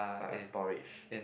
like a storage